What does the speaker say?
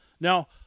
Now